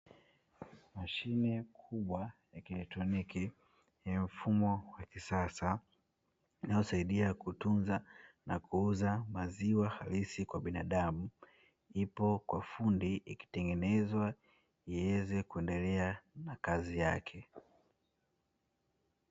Mashine kubwa ya kielectroniki yenye mfumo wa kisasa inalosaidia kutunza na kuuza maziwa halisi kwa binadamu, ipo kwa fundi ikitengenezwa iweze kuendelea na kazi yake.